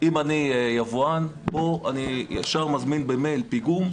אם אני יבואן אני ישר מזמין במייל פיגום,